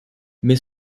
mais